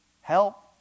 Help